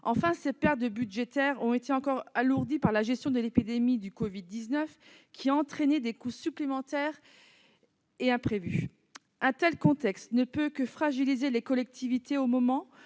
Enfin, les pertes budgétaires ont encore été alourdies par la gestion de l'épidémie du Covid-19, qui a entraîné des coûts supplémentaires imprévus. Un tel contexte ne peut que fragiliser les collectivités, au moment